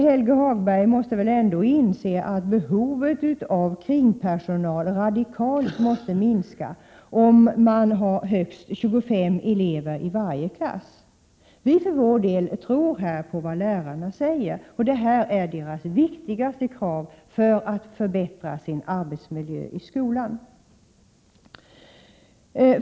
Helge Hagberg måste väl inse att behovet av kringpersonal radikalt måste minska om man har högst 25 elever i varje klass. Vi tror för vår del på vad lärarna säger på den punkten. Detta är deras viktigaste krav för att förbättra arbetsmiljön i skolan.